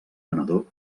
venedor